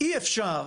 אי אפשר,